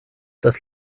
das